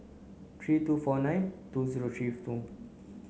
three two four nine two zero three two